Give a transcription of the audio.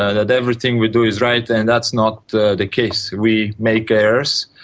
ah that everything we do is right, and that's not the the case, we make errors,